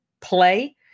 play